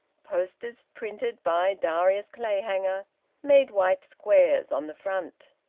posters printed by darius clayhanger made white squares on the front.